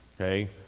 Okay